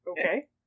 Okay